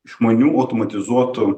išmanių automatizuotų